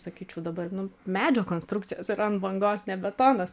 sakyčiau dabar nu medžio konstrukcijas ir ant bangos ne betonas